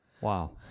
Wow